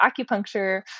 acupuncture